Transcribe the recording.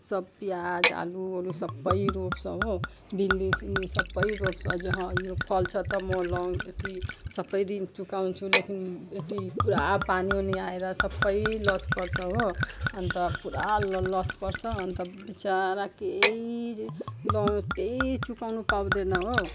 सब पियाज आलुहरू सबै रोप्छ हो भिन्डीसिन्डी सबै रोप्छ ज ह यो फल्छ तब म लोन अथी सबै ऋण चुकाउँछु लेकिन अथी पुरा पानीउनी आएर सबै लस पर्छ हो अन्त पुरा ल लस पर्छ अन्त विचरा केही ल केही चुकाउनु पाउँदैन हो